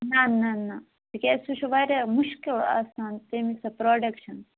نہَ نہَ نہَ تِکیٛازِ سُہ چھُ واریاہ مُشکِل آسان تَمِچ سۄ پرٛوڈکشَن